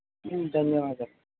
ధన్యవాదాలు